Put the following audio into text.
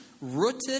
Rooted